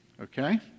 Okay